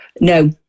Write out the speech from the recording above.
No